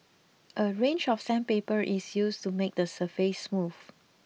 a range of sandpaper is used to make the surface smooth